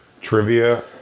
trivia